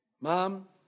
Mom